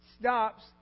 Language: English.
Stops